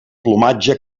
plomatge